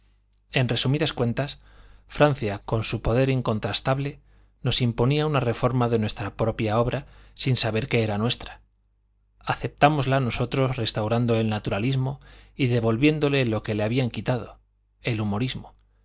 en resumidas cuentas francia con su poder incontrastable nos imponía una reforma de nuestra propia obra sin saber que era nuestra aceptámosla nosotros restaurando el naturalismo y devolviéndole lo que le habían quitado el humorismo